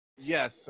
Yes